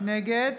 נגד